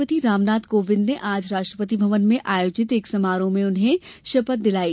राष्ट्रपति रामनाथ कोविंद ने आज राष्ट्रपति भवन में आयोजित एक समारोह में उन्हें शपथ दिलाई